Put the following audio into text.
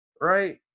Right